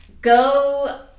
go